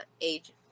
age